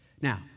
Now